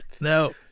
No